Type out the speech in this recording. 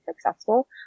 successful